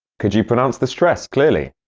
could you pronounce the stress clearly?